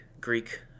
Greek